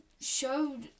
showed